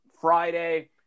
Friday